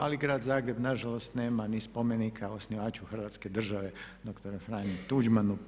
Ali Grad Zagreb nažalost nema ni spomenika osnivaču Hrvatske države dr. Franje Tuđmana.